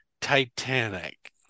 Titanic